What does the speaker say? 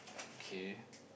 okay